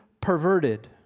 perverted